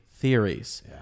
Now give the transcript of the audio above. Theories